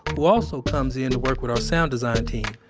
who also comes in to work with our sound design team.